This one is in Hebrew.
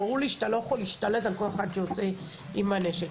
ברור לי שאתה לא יכול להשתלט על כל אחד שיוצא עם הנשק,